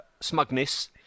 Smugness